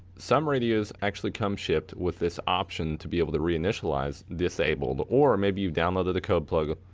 some radios actually come shipped with this option to be able to reinitialize disabled, or maybe you've downloaded the code plug,